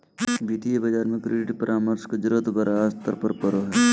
वित्तीय बाजार में क्रेडिट परामर्श के जरूरत बड़ा स्तर पर पड़ो हइ